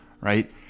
right